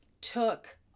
took